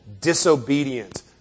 disobedient